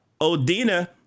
Odina